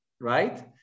right